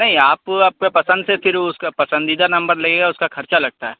نہیں آپ آپ کے پسند سے پھر اس کا پسندیدہ نمبر لیے گا اس کا خرچ لگتا ہے